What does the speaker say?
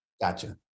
Gotcha